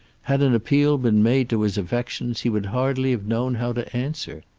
had an appeal been made to his affections he would hardly have known how to answer.